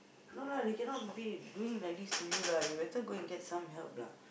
no lah they cannot be doing like this to you lah you better go and get some help lah